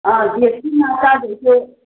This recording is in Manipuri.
ꯗꯦꯁꯀꯤ ꯉꯥ ꯆꯥꯗ꯭ꯔꯤꯁꯦ